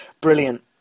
Brilliant